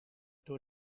door